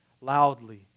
loudly